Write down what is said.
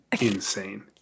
insane